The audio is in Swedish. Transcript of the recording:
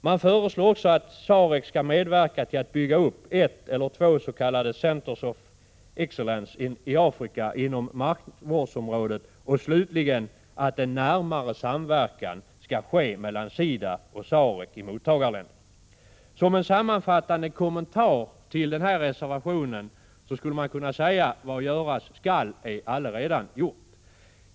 Man föreslår också att SAREC skall medverka till att bygga upp ett eller två s.k. centres of excellence i Afrika inom markvårdsområdet, och slutligen att en närmare samverkan skall ske mellan SIDA och SARECi mottagarländerna. Som en sammanfattande kommentar till denna reservation skulle man kunna säga: Vad göras skall är allaredan gjort.